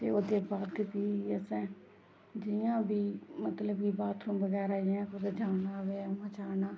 ते ओह्दे बाद फ्ही असें जियां बी मतलब गी बाथरूम बगैरा जियां कुदै जाना होऐ उयां जाना